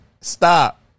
Stop